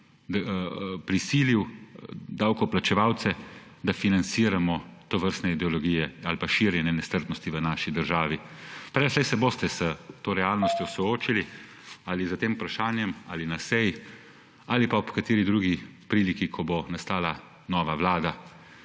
prisilil davkoplačevalce, da financiramo tovrstne ideologije ali širjenje nestrpnosti v naši državi? Prej ali slej se boste s to realnostjo ali s tem vprašanjem soočili ali na seji ali pa ob kateri drugi priliki, ko bo nastala nova vlada.